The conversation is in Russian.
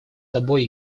тобой